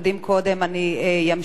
ביקש השר מיכאל איתן,